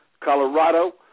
Colorado